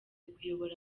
kuyobora